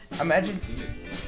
Imagine